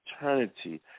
eternity